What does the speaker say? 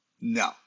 no